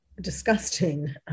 disgusting